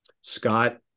Scott